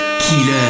Killer